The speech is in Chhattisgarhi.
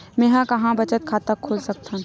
मेंहा कहां बचत खाता खोल सकथव?